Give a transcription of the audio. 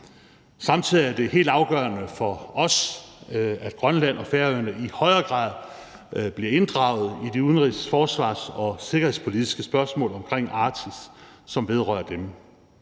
Samtidig er det helt afgørende for os, at Grønland og Færøerne i højere grad bliver inddraget i de udenrigs-, forsvars- og sikkerhedspolitiske spørgsmål omkring Arktis, som vedrører dem.